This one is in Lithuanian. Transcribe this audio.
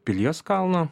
pilies kalną